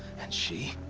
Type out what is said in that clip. and she.